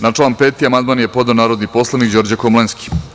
Na član 5. amandman je podneo narodni poslanik Đorđe Komlenski.